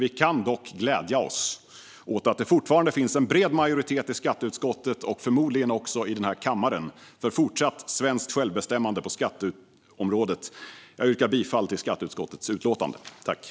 Vi kan dock glädja oss åt att det fortfarande finns en bred majoritet i skatteutskottet, och förmodligen även i den här kammaren, för fortsatt svenskt självbestämmande på skatteområdet. Jag yrkar bifall till skatteutskottets förslag i utlåtandet.